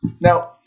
Now